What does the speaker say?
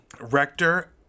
Rector